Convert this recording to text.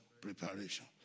preparation